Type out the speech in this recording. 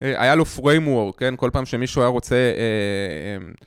היה לו framework, כן? כל פעם שמישהו היה רוצה...